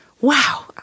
wow